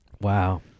Wow